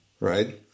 right